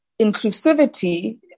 inclusivity